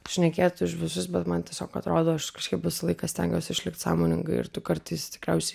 šnekėt už visus bet man tiesiog atrodo aš kažkaip visą laiką stengiuos išlikt sąmoninga ir tu kartais tikriausiai